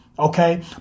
Okay